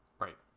Right